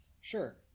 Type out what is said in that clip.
sure